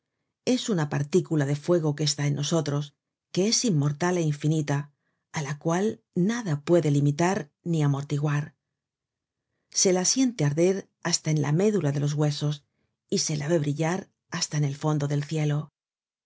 es una partícula de fuego que está en nosotros que es inmortal é infinita á la cual nada puede limitar ni amortiguar se la siente arder hasta en la médula de los huesos y se la vé brillar hasta en el fondo del cielo